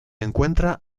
encuentra